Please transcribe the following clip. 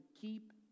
keep